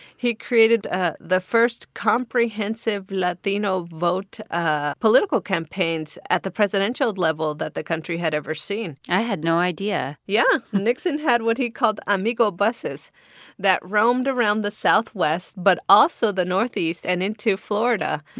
he created ah the first comprehensive latino vote ah political campaigns at the presidential level that the country had ever seen i had no idea yeah. nixon had what he called amigo buses that roamed around the southwest, but also the northeast and into florida.